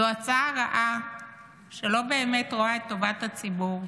זו הצעה רעה שלא באמת רואה את טובת הציבור.